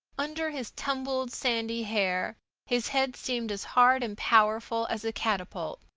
under his tumbled sandy hair his head seemed as hard and powerful as a catapult,